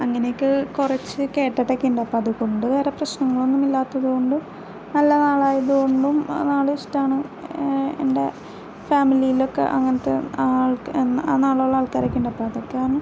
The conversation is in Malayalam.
അങ്ങനെയൊക്കെ കുറച്ച് കേട്ടിട്ടൊക്കെയുണ്ട് അപ്പം അതുകൊണ്ട് വേറെ പ്രശ്നങ്ങളൊന്നും ഇല്ലാത്തതുകൊണ്ട് നല്ല നാളായത് കൊണ്ടും നാൾ ഇഷ്ടമാണ് എൻ്റെ ഫാമിലിയിൽ ഒക്കെ അങ്ങനത്തെ ആ ആളക് നാൾ ഉള്ള ആൾക്കാർ ഒക്കെ ഉണ്ട് അപ്പം അതൊക്കെയാണ്